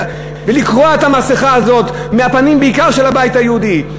ולקרוע את המסכה הזאת מהפנים בעיקר של הבית היהודי.